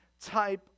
type